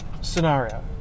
scenario